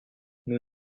nous